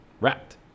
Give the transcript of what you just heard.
wrapped